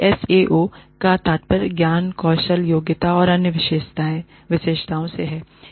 KSAO का तात्पर्य ज्ञान कौशल योग्यता और अन्य विशेषताओं Knowledge Skills Abilities and Other characteristics से है